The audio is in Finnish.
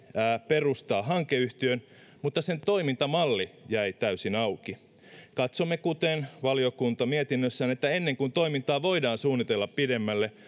perustaa hankeyhtiön mutta sen toimintamalli jäi täysin auki katsomme kuten valiokunta mietinnössään että ennen kuin toimintaa voidaan suunnitella pidemmälle